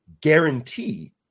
guarantee